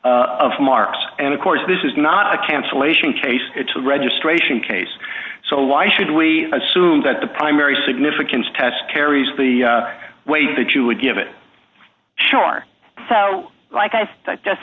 of marks and of course this is not a cancellation case it's a registration case so why should we assume that the primary significance test carries the weight that you would give it sure so like i just